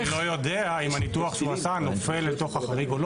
אבל אני לא יודע אם הניתוח שהוא עשה נופל לתוך החריג או לא.